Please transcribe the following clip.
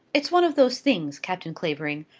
it is one of those things, captain clavering,